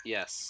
Yes